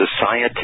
society